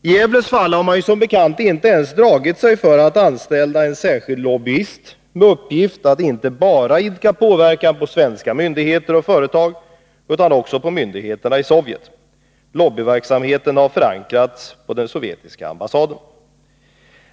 I Gävles fall har man som bekant inte ens dragit sig för att anställa en särskild lobbyist med uppgift att idka påverkan inte bara på svenska myndigheter och företag utan också på myndigheterna i Sovjet. Lobbyverksamheten har förankrats på den sovjetiska ambassaden.